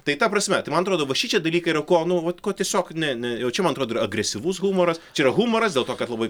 tai ta prasme man atrodo va šičia dalykai vat ko nu vat tiesiog ne ne jaučia man atrodo yra agresyvus humoras čia yra humoras dėl to kad labai